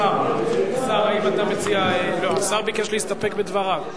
השר ביקש להסתפק בדבריו.